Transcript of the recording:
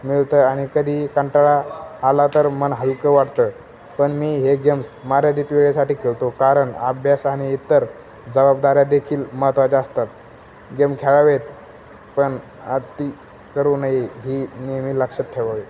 मिळतं आणि कधी कंटाळा आला तर मन हलकं वाटतं पण मी हे गेम्स मर्यादित वेळेसाठी खेळतो कारण अभ्यास आणि इतर जबाबदऱ्या देखील महत्त्वाच्या असतात गेम खेळावेेत पण अती करू नये हे नेहमी लक्षात ठेवावे